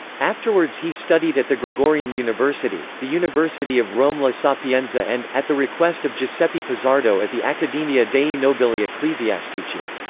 afterwards he studied at the gregorian university, the university of rome la sapienza and, at the request of giuseppe pizzardo at the accademia dei nobili ecclesiastici.